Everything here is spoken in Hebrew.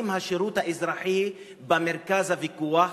לשים את השירות האזרחי במרכז הוויכוח,